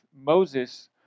Moses